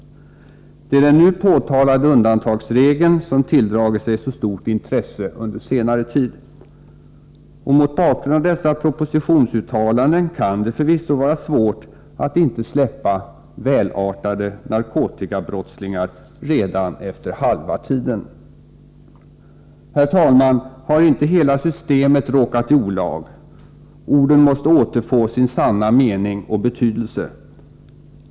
Det är den nu påtalade undantagsregeln som tilldragit sig så stort intresse under senare tid. Mot bakgrund av dessa propositionsuttalanden kan det förvisso vara svårt att inte släppa ”välartade” narkotikabrottslingar redan efter halva tiden. Herr talman! Har inte hela systemet råkat i olag? Orden måste återfå sin sanna mening och betydelse.